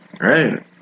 Right